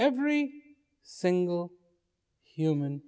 every single human